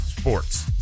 Sports